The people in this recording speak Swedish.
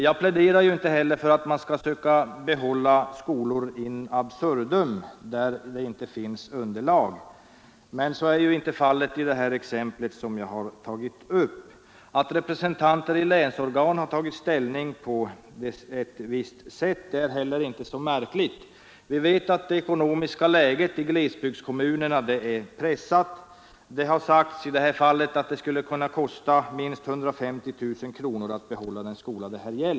Jag pläderar inte för att man skall söka behålla skolor in absurdum, när det inte finns underlag för dem, men så förhåller det sig ju inte i exemplet som jag har tagit upp. Att representanter i länsorgan har tagit ställning på ett visst sätt är heller inte så märkligt. Vi vet att det ekonomiska läget i glesbygdskommunerna är pressat. Det har sagts att i det här fallet skulle det kosta minst 150 000 kronor att behålla skolan.